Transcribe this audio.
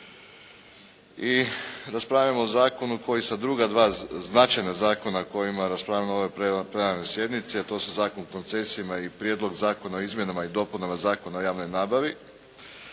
I raspravljamo o zakonu koji sa druga dva značajna zakona o kojima raspravljamo na ovoj plenarnoj sjednici a to su Zakon o koncesijama i Prijedlog zakona o izmjenama i dopunama Zakona o javnoj nabavi,